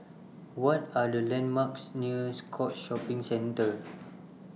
What Are The landmarks near Scotts Shopping Centre